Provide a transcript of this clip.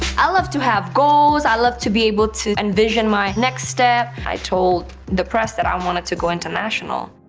i love to have goals. i love to be able to envision my next step. i told the press that i wanted to go international.